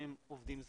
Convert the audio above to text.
אם הם עובדים זרים,